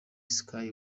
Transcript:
sky